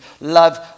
love